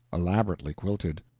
elaborately quilted.